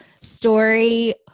story